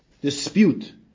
dispute